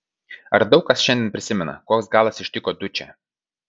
ar daug kas šiandien prisimena koks galas ištiko dučę